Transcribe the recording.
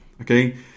Okay